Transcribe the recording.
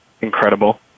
incredible